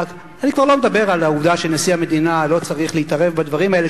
אני כבר לא מדבר על העובדה שנשיא המדינה לא צריך להתערב בדברים האלה.